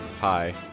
hi